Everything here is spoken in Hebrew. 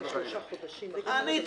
מה בראש שלי?